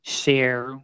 share